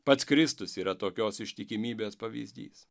pats kristus yra tokios ištikimybės pavyzdys